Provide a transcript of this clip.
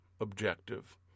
objective